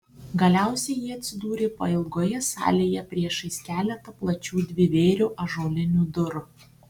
galiausiai jie atsidūrė pailgoje salėje priešais keletą plačių dvivėrių ąžuolinių durų